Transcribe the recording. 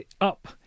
up